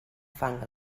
fang